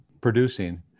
producing